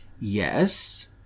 Yes